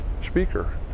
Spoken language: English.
speaker